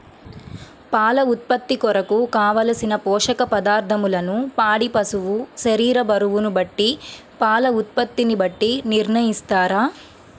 పాల ఉత్పత్తి కొరకు, కావలసిన పోషక పదార్ధములను పాడి పశువు శరీర బరువును బట్టి పాల ఉత్పత్తిని బట్టి నిర్ణయిస్తారా?